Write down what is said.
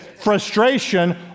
Frustration